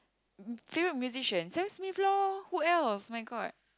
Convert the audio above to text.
favorite musician Sam-Smith lor who else my god